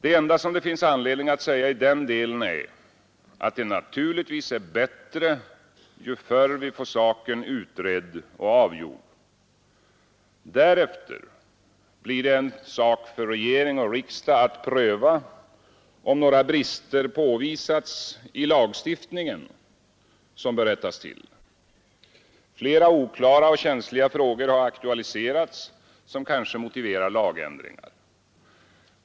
Det enda som det finns anledning att säga i den delen är, att det naturligtvis är bättre ju förr vi får saken utredd och avgjord. Därefter blir det en sak för regering och riksdag att pröva, om några brister påvisats i lagstiftningen som bör rättas till. Flera oklara och känsliga frågor har aktualiserats som kanske motiverar lagändringar.